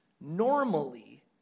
Normally